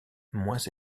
moins